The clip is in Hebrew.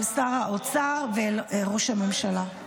אל שר האוצר ואל ראש הממשלה.